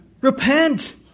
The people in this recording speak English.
Repent